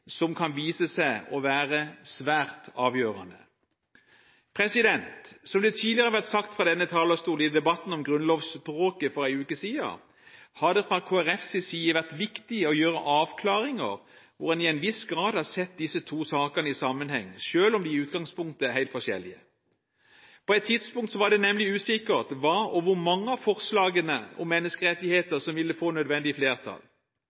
som kan vise seg å være svært avgjørende. Som det ble sagt fra denne talerstolen i debatten om grunnlovsspråket for en uke siden, har det fra Kristelig Folkepartis side vært viktig å gjøre avklaringer hvor en til en viss grad har sett disse to sakene i sammenheng, selv om de i utgangspunktet er helt forskjellige. På et tidspunkt var det nemlig usikkert hva og hvor mange av forslagene om menneskerettigheter som ville få nødvendig flertall.